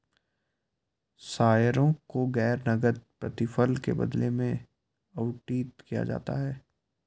शेयरों को गैर नकद प्रतिफल के बदले में आवंटित किया जाता है